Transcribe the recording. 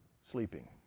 sleeping